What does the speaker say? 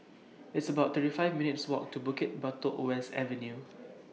It's about thirty five minutes' Walk to Bukit Batok West Avenue